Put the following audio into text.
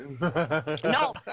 No